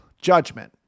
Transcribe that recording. judgment